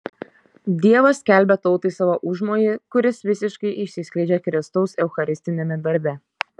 dievas skelbia tautai savo užmojį kuris visiškai išsiskleidžia kristaus eucharistiniame darbe